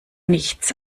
nichts